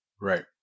Right